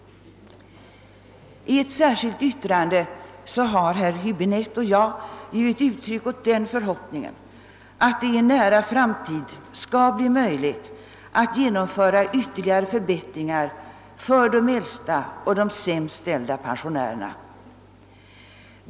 I ett särskilt yttrande har herr Höbinette och jag uttryckt den förhoppningen att det i en nära framtid skall bli möjligt att genomföra ytterligare förbättringar för de äldsta och för de sämst ställda pensionärerna.